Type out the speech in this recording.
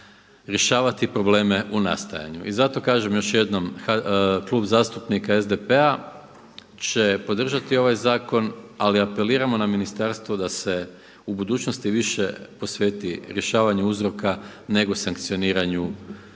rješavati probleme u nastajanju. I zato kažem još jednom Klub zastupnika SDP-a će podržati ovaj zakon ali apeliramo na ministarstvo da se u budućnosti više posveti rješavanju uzroka nego sankcioniranju